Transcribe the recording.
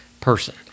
person